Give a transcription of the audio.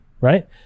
right